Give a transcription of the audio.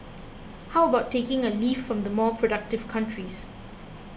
how about taking a leaf from the more productive countries